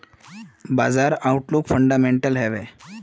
बाजार outlook fundamental हैवै?